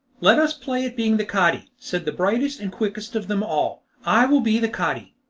let us play at being the cadi, said the brightest and quickest of them all i will be the cadi.